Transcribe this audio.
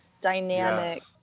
dynamic